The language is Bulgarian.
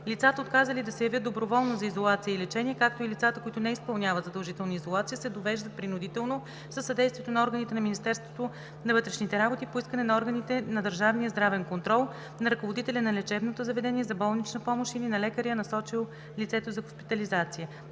Лицата, отказали да се явят доброволно за изолация и лечение, както и лицата, които не изпълняват задължителна изолация, се довеждат принудително със съдействието на органите на Министерството на вътрешните работи по искане на органите на Държавния здравен контрол, на ръководителя на лечебното заведение за болнична помощ или на лекаря, насочил лицето за хоспитализация.“